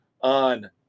on